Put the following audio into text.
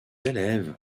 élèves